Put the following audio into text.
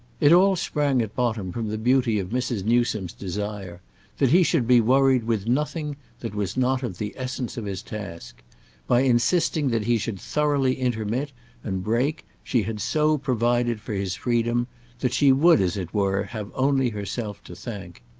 it all sprang at bottom from the beauty of mrs. newsome's desire that he should be worried with nothing that was not of the essence of his task by insisting that he should thoroughly intermit and break she had so provided for his freedom that she would, as it were, have only herself to thank.